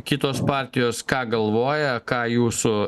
kitos partijos ką galvoja ką jūsų